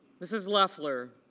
mrs. leffler